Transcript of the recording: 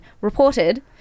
reported